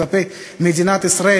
כלפי מדינת ישראל,